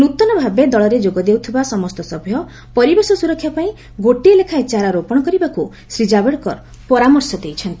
ନୃତନଭାବେ ଦଳରେ ଯୋଗଦେଉଥିବା ସମସ୍ତ ସଭ୍ୟ ପରିବେଶ ସ୍ୱରକ୍ଷା ପାଇଁ ଗୋଟିଏ ଲେଖାଏଁ ଚାରା ରୋପଣ କରିବାକୁ ଶ୍ରୀ କାଭେଡକର ପରାମର୍ଶ ଦେଇଛନ୍ତି